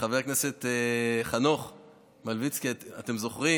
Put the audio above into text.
וחבר הכנסת חנוך מלביצקי, אתם זוכרים